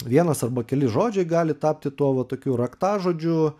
vienas arba keli žodžiai gali tapti tuo va tokiu raktažodžiu